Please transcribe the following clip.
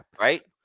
Right